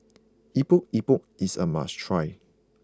Epok Epok is a must try